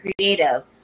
creative